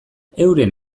euren